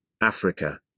Africa